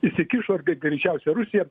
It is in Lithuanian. įsikišo greičiausiai rusija